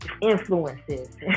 influences